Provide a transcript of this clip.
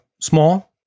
small